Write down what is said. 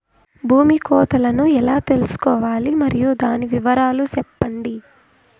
భూమి కొలతలను ఎలా తెల్సుకోవాలి? మరియు దాని వివరాలు సెప్పండి?